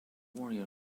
warrior